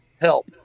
help